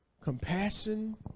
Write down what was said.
compassion